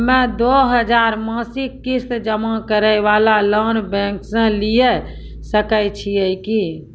हम्मय दो हजार मासिक किस्त जमा करे वाला लोन बैंक से लिये सकय छियै की?